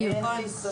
אין לי ספק,